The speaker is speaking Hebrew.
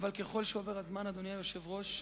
אבל ככל שעובר הזמן, אדוני היושב-ראש,